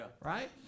right